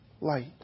light